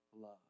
love